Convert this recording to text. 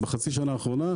בחצי השנה האחרונה,